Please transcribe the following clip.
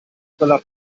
quella